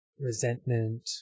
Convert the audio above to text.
Resentment